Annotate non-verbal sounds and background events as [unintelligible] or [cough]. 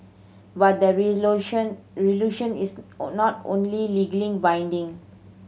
but the [unintelligible] is [hesitation] not only legally binding